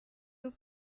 nous